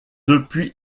depuis